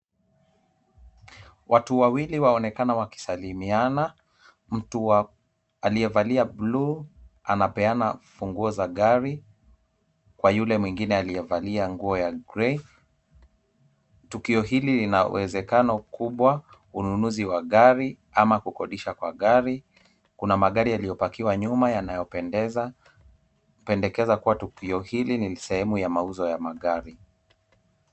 Watu wawili waonekana wakisalimiana, mtu wa aliyevalia bluu anapeana funguo za gari, kwa yule mwingine aliyevalia nguo ya grey, tukio hili linawezekano kubwa ununuzi wa gari ama kukodisha kwa gari, kuna magari yaliyopakiwa nyuma yanayopendeza, pendekeza kuwa tukio hili ni sehemu ya mauzo ya magari.